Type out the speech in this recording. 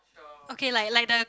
okay like like the